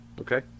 Okay